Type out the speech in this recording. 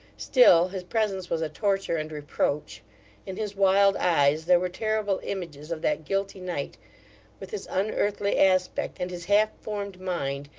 still, his presence was a torture and reproach in his wild eyes, there were terrible images of that guilty night with his unearthly aspect, and his half-formed mind,